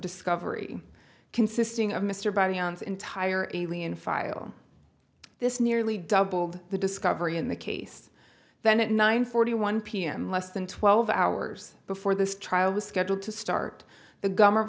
discovery consisting of mr biomes entire alien file this nearly doubled the discovery in the case then at nine forty one pm less than twelve hours before this trial was scheduled to start the gum